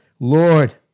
Lord